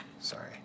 Sorry